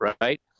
right